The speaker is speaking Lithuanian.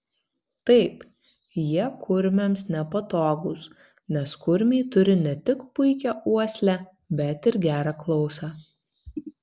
taip jie kurmiams nepatogūs nes kurmiai turi ne tik puikią uoslę bet ir gerą klausą